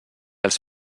els